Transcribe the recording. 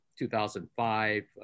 2005